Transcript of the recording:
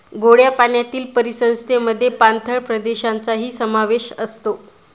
गोड्या पाण्यातील परिसंस्थेमध्ये पाणथळ प्रदेशांचाही समावेश असतो